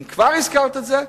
אם כבר הזכרת את זה,